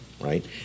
right